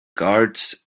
guards